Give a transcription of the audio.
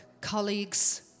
colleagues